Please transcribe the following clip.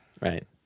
right